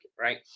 right